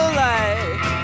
light